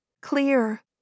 clear